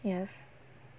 yes